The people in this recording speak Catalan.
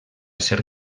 ser